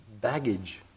baggage